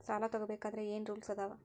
ಸಾಲ ತಗೋ ಬೇಕಾದ್ರೆ ಏನ್ ರೂಲ್ಸ್ ಅದಾವ?